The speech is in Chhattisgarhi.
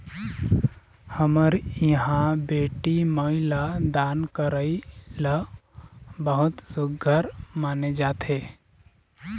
हमर इहाँ बेटी माई ल दान करई ल बहुत सुग्घर माने जाथे